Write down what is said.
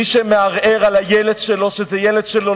מי שמערער על הילד שלו שזה ילד שלו,